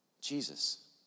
Jesus